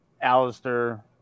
Alistair